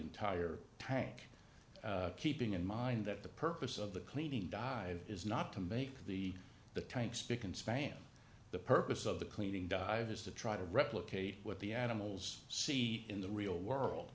entire tank keeping in mind that the purpose of the cleaning dive is not to make the the tank spic and span the purpose of the cleaning dive is to try to replicate what the animals see in the real